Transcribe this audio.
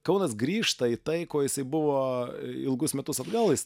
kaunas grįžta į tai ko jisai buvo ilgus metus atgal jis